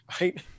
right